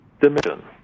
dimension